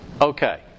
Okay